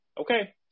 Okay